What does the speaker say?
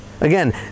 Again